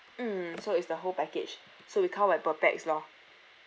mm so is the whole package so we count by per pax lor